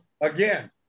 again